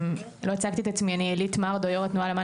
לא הצגתי את עצמי: אני יו"ר התנועה למען